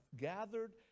gathered